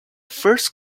first